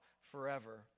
forever